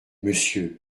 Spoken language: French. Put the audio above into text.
monsieur